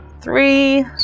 Three